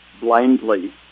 blindly